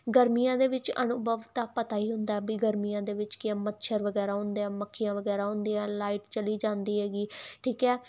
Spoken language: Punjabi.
ਗਰਮੀਆਂ ਦੇ ਵਿੱਚ ਅਨੁਭਵ ਦਾ ਪਤਾ ਹੀ ਹੁੰਦਾ ਵੀ ਗਰਮੀਆਂ ਦੇ ਵਿੱਚ ਕੀ ਆ ਮੱਛਰ ਵਗੈਰਾ ਹੁੰਦੇ ਆ ਮੱਖੀਆਂ ਵਗੈਰਾ ਹੁੰਦੀਆਂ ਲਾਈਟ ਚਲੀ ਜਾਂਦੀ ਹੈਗੀ ਠੀਕ ਹੈ